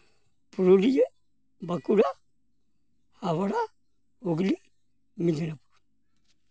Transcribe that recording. Purulia Bankura Howrah Hooghly Medinipur